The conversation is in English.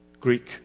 Greek